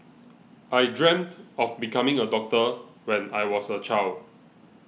I dreamt of becoming a doctor when I was a child